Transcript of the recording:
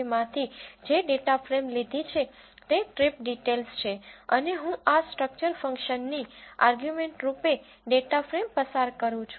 csv માંથી જે data frame લીધી છે તે ટ્રીપ ડિટેલ્સ છે અને હું આ સ્ટ્રક્ચર ફંક્શનની આર્ગ્યુમેન્ટ રૂપે ડેટા ફ્રેમ પસાર કરું છું